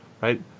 right